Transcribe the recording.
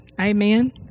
Amen